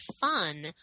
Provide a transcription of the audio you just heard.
fun